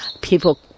People